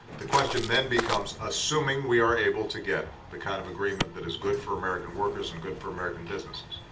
the question then becomes assuming we are able to get the kind of agreement that is good for american workers and good for american businesses,